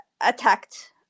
attacked